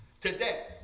today